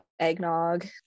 eggnog